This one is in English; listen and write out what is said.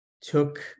took